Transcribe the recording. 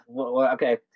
okay